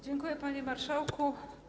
Dziękuję, panie marszałku.